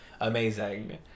Amazing